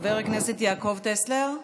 חבר הכנסת יעקב טסלר,